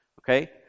okay